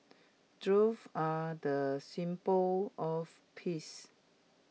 doves are the symbol of peace